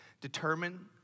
determine